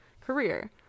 career